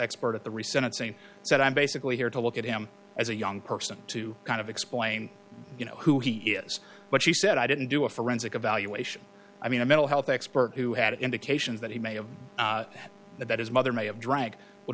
expert at the recent saying that i'm basically here to look at him as a young person to kind of explain you know who he is but he said i didn't do a forensic evaluation i mean a mental health expert who had indications that he may have been the bed his mother may have dragged would